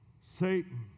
Satan